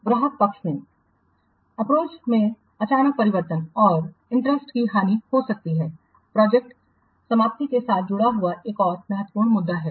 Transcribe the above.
ग्राहक पक्ष में दृष्टिकोण में अचानक परिवर्तन और ब्याज की हानि हो सकती है प्रोजेक्टजो प्रोजेक्टसमाप्ति के साथ जुड़ा एक और महत्वपूर्ण मुद्दा है